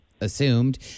assumed